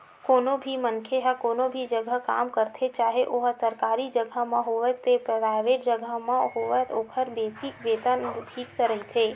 कोनो भी मनखे ह कोनो भी जघा काम करथे चाहे ओहा सरकारी जघा म होवय ते पराइवेंट जघा म होवय ओखर बेसिक वेतन बरोबर फिक्स रहिथे